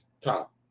top